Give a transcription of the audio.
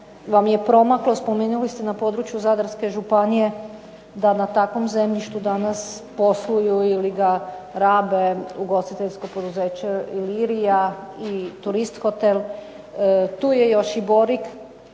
vam je promaklo. Spomenuli ste na području Zadarske županije da na takvom zemljištu danas posluju ili ga rabe ugostiteljsko poduzeće Ilirija i Turist hotel, tu je još i Borik